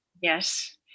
Yes